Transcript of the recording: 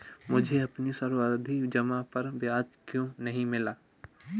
मुझे अपनी सावधि जमा पर ब्याज क्यो नहीं मिला?